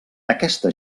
aquesta